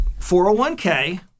401k